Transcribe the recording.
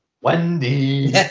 Wendy